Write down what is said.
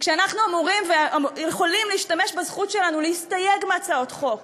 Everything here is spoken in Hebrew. כשאנחנו אמורים ויכולים להשתמש בזכות שלנו להסתייג מהצעות חוק